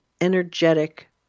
energetic